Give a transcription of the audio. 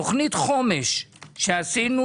תוכנית חומש שעשינו